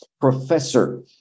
professor